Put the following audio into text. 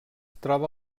troba